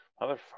Motherfucker